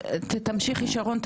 תמשיכי שרון,